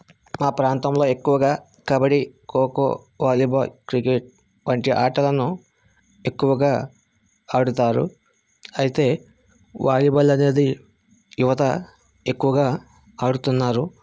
మా ప్రాంతంలో ఎక్కువగా కబడ్డీ ఖోఖో వాలీబాల్ క్రికెట్ వంటి ఆటలను ఎక్కువగా ఆడుతారు అయితే వాలీబాల్ అనేది యువత ఎక్కువగా ఆడుతున్నారు